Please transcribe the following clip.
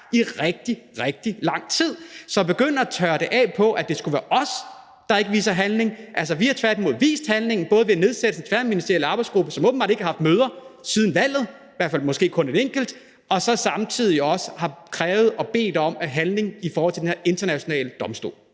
i rigtig, rigtig lang tid. Så når man begynder at tørre det af med, at det skulle være os, der ikke viser handling, vil jeg sige, at vi tværtimod har vist handling både ved nedsættelsen af den tværministerielle arbejdsgruppe, som åbenbart ikke har haft møder siden valget eller i hvert fald måske kun et enkelt møde, og vi samtidig også har krævet og bedt om handling i forhold til den her internationale domstol.